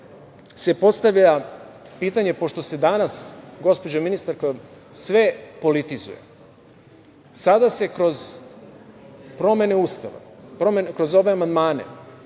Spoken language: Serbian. se postavlja pitanje, pošto se danas, gospođa ministarko, sve politizuje, sada se kroz promene Ustava, kroz ove amandmane,